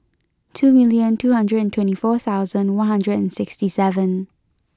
two million two hundred and twenty four thousand one hundred and sixty seven